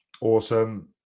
awesome